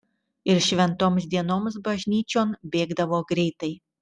ir šventoms dienoms bažnyčion bėgdavo greitai